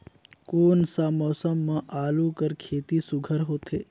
कोन सा मौसम म आलू कर खेती सुघ्घर होथे?